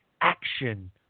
action